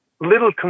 little